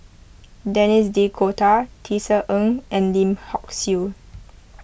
Denis D'Cotta Tisa Ng and Lim Hock Siew